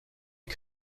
est